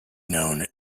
known